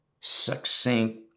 succinct